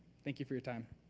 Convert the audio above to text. thank you for your time.